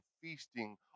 feasting